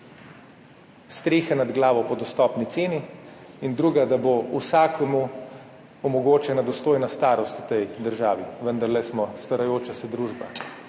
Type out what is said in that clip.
strehe nad glavo po dostopni ceni. In drugi, da bo vsakemu omogočena dostojna starost v tej državi, vendarle smo starajoča se družba.